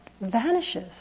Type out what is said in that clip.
vanishes